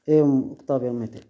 एवम् वक्तव्यम् इति